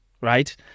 right